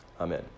Amen